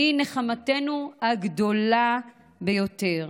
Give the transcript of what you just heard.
והיא נחמתנו הגדולה ביותר.